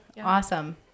Awesome